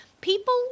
people